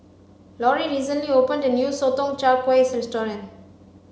lorrie recently opened a new sotong char kway restaurant